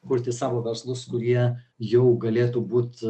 kurti savo verslus kurie jau galėtų būt